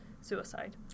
suicide